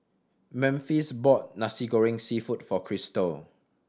Memphis bought Nasi Goreng Seafood for Krystle